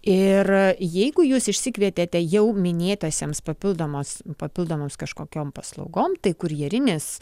ir jeigu jūs išsikvietėte jau minėtosioms papildomos papildomoms kažkokiom paslaugom tai kurjerinės